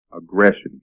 aggression